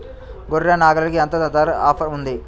గొర్రె, నాగలికి ఎంత ధర ఆఫర్ ఉంది?